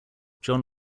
john